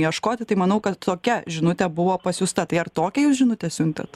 ieškoti tai manau kad tokia žinutė buvo pasiųsta tai ar tokią jūs žinutę siuntėt